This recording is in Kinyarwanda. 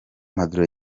maduro